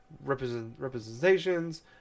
representations